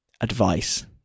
advice